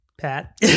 Pat